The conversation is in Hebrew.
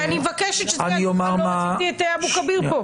ואני מבקשת --- את אבו כביר פה.